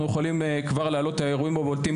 יכולים כבר להעלות את האירועים הבולטים,